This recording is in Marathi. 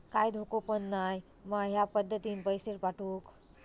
काय धोको पन नाय मा ह्या पद्धतीनं पैसे पाठउक?